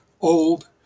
old